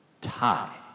tie